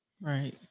Right